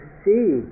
see